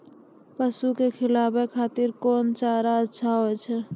पसु के खिलाबै खातिर कोन चारा अच्छा होय छै?